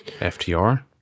FTR